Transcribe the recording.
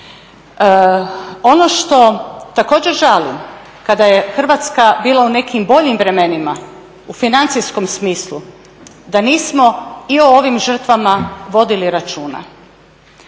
Ono što također žalim kada je Hrvatska bila u nekim boljim vremenima u financijskom smislu da nismo i o ovim žrtvama vodili računa.